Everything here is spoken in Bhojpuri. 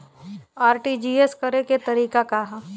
आर.टी.जी.एस करे के तरीका का हैं?